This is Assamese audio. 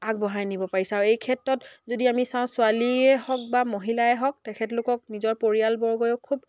আগবঢ়াই নিব পাৰিছ এই ক্ষেত্ৰত যদি আমি চাওঁ ছোৱালীয়ে হওক বা মহিলাই হওক তেখেতলোকক নিজৰ পৰিয়ালবৰ্গয়ো খুব